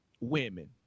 women